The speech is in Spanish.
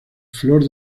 flor